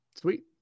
sweet